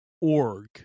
org